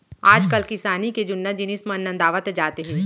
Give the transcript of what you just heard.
आजकाल किसानी के जुन्ना जिनिस मन नंदावत जात हें